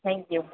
thank you